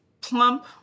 plump